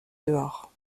dehors